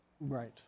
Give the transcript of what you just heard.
Right